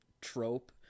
trope